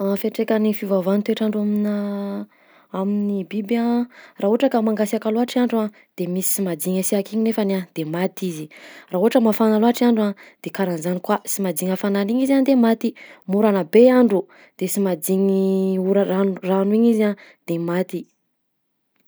Fiantraikan'ny fiovaovan'ny toetr'andro amignà amin'ny biby a: raha ohatra ka mangasiaka loatra andro de misy sy madigny hasiaka iny nefany a de maty izy; raha ohatra mafana loatra andro a, de karahan'zany koa sy madigny hafanana igny izy a de maty; morana be andro, de sy madigny ora- rano rano igny izy a de maty.